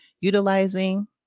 utilizing